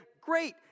great